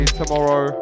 tomorrow